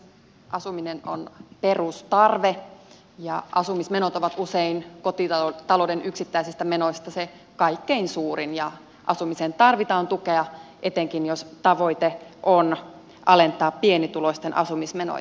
asuminen on perustarve ja asumismenot ovat usein kotitalouden yksittäisistä menoista se kaikkein suurin ja asumiseen tarvitaan tukea etenkin jos tavoite on alentaa pienituloisten asumismenoja